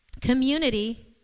community